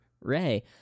Ray